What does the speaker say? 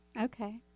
okay